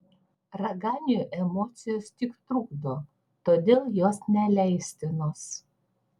raganiui emocijos tik trukdo todėl jos neleistinos